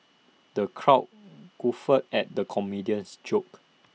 the crowd guffawed at the comedian's jokes